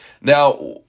Now